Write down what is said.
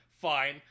fine